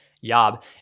Yob